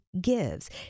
gives